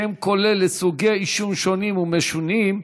תמר זנדברג ומירב בן ארי.